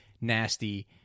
nasty